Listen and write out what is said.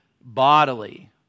bodily